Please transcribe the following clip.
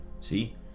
See